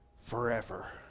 forever